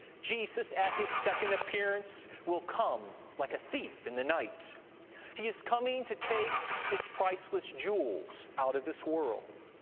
jesus at his second appearance will come like a thief in the night he is coming to take his priceless jewels out of this world.